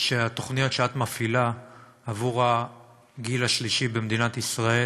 התוכניות שאת מפעילה עבור הגיל השלישי במדינת ישראל